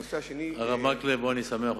הרב מקלב, אני אשמח אותך.